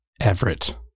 Everett